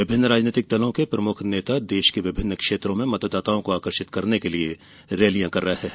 विभिन्न राजनीतिक दलों के प्रमुख नेता देश के विभिन्न क्षेत्रों में मतदाताओं को आकर्षित करने के लिये रैलियां कर रहे हैं